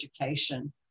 education